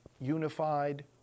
unified